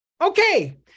Okay